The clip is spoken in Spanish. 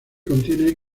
contiene